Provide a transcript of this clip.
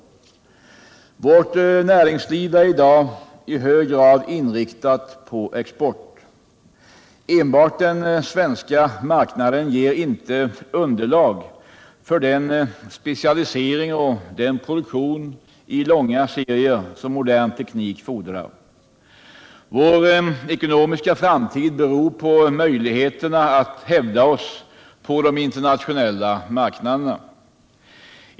Vårt näringsliv är i dag i hög grad inriktat på export. Enbart den svenska marknaden ger inte underlag för den specialisering och den produktion i långa serier som modern teknik fordrar. Vår ekonomiska framtid beror på våra möjligheter att hävda oss på de internationella marknaderna.